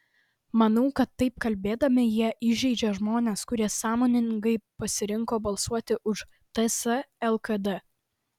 manau kad taip kalbėdami jie įžeidžia žmones kurie sąmoningai pasirinko balsuoti už ts lkd